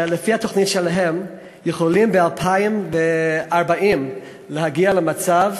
ולפי התוכנית שלהם יכולים ב-2040 להגיע למצב